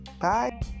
bye